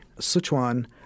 Sichuan